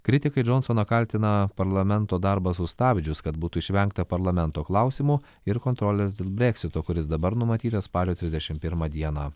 kritikai džonsoną kaltina parlamento darbą sustabdžius kad būtų išvengta parlamento klausimų ir kontrolės dėl breksito kuris dabar numatytas spalio trisdešimt pirmą dieną